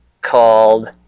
called